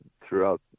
throughout